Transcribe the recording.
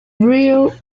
real